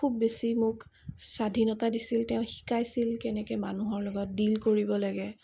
খুব বেছি মোক স্বাধীনতা দিছিল তেওঁ শিকাইছিল কেনেকৈ মানুহৰ লগত ডিল কৰিব লাগে